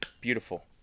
Beautiful